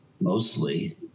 mostly